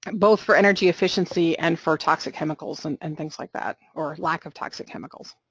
but both for energy efficiency and for toxic chemicals, and and things like that, or lack of toxic chemicals.